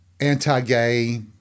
anti-gay